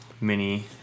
mini